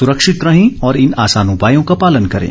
सुरक्षित रहें और इन आसान उपायों का पालन करें